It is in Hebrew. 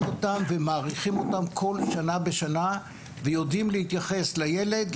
ומעריכים כל שנה בשנה ויודעים להתייחס לילד,